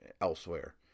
elsewhere